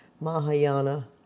Mahayana